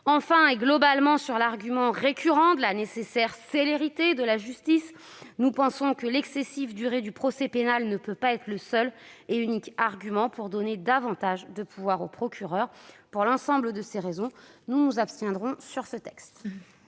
qu'est avancée de façon récurrente la nécessaire célérité de la justice, que l'excessive durée du procès pénal ne peut pas être le seul et unique argument pour donner davantage de pouvoirs aux procureurs. Pour l'ensemble de ces raisons, nous nous abstiendrons sur ce texte.